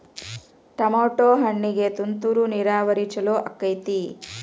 Tomato ಹಣ್ಣಿಗೆ ತುಂತುರು ನೇರಾವರಿ ಛಲೋ ಆಕ್ಕೆತಿ?